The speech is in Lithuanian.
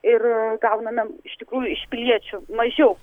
ir gauname iš tikrųjų iš piliečių mažiau